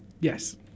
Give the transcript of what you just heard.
Yes